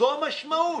זו המשמעות.